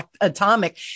atomic